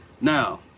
Now